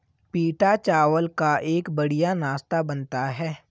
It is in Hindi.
पीटा चावल का एक बढ़िया नाश्ता बनता है